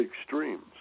extremes